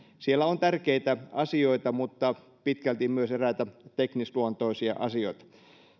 siellä on tärkeitä asioita mutta pitkälti myös eräitä teknisluontoisia asioita